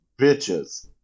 bitches